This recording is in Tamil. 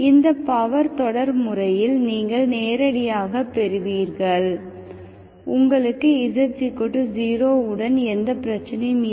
இந்த பவர் தொடர் முறையில் நீங்கள் நேரடியாகப் பெறுவீர்கள் உங்களுக்கு z0 உடன் எந்தப் பிரச்சினையும் இல்லை